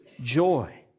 joy